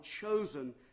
chosen